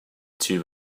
two